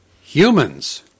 Humans